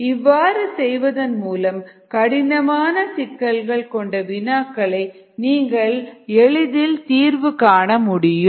இவ்வாறு செய்வதன் மூலம் கடினமான சிக்கல்கள் கொண்ட வினாக்களை நீங்கள் தீர்வு காண முடியும்